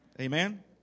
Amen